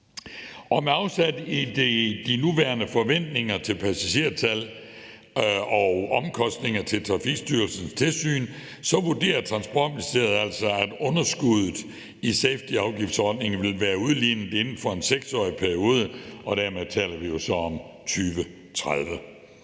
Og med afsæt i de nuværende forventninger til passagertal og omkostninger til Trafikstyrelsens tilsyn vurderer Transportministeriet altså, at underskuddet i safetyafgiftsordningen vil være udlignet inden for en 6-årig periode, og dermed taler vi jo så om 2030.